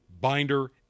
binder